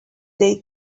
they